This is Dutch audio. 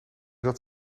dat